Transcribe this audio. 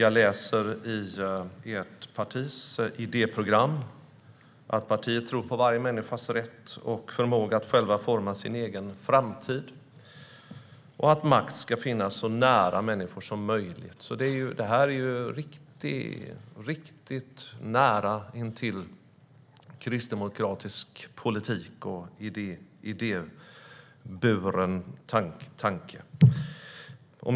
I ert partis idéprogram står det att partiet tror på varje människas rätt och förmåga att själv forma sin egen framtid och att makt ska finnas så nära människor som möjligt. Det här är riktigt nära intill kristdemokratisk politik och idéburen tanke.